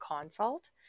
consult